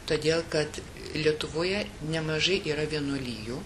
todėl kad lietuvoje nemažai yra vienuolijų